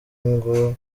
ngo